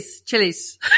chilies